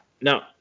No